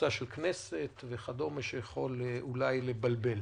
כינוסה של כנסת וכדומה, שיכול אולי לבלבל.